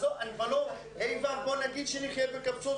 בוא נגיד שנחיה בקפסולות,